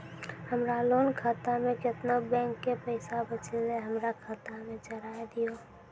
हमरा लोन खाता मे केतना बैंक के पैसा बचलै हमरा खाता मे चढ़ाय दिहो?